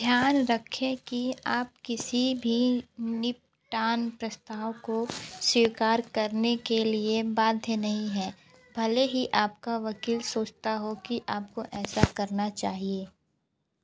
ध्यान रखें कि आप किसी भी निपटान प्रस्ताव को स्वीकार करने के लिए बाध्य नहीं हैं भले ही आपका वकील सोचता हो कि आपको ऐसा करना चाहिए